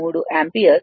383 ampere